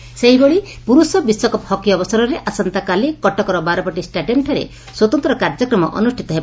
hockey Cuttack ସେହିଭଳି ପୁରୁଷ ବିଶ୍ୱକପ୍ ହକି ଅବସରରେ ଆସନ୍ତାକାଲି କଟକର ବାରବାଟୀ ଷ୍ଟାଡିୟମ୍ଠାରେ ସ୍ୱତନ୍ତ କାର୍ଯ୍ୟକ୍ରମ ଅନୁଷ୍ଟିତ ହେବ